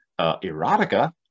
erotica